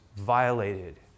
violated